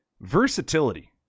versatility